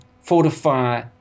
fortify